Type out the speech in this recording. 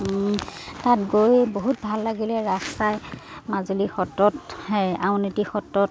তাত গৈ বহুত ভাল লাগিলে ৰাস চাই মাজুলী সত্ৰত সেই আউনীটি সত্ৰত